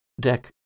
deck